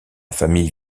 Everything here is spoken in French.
famille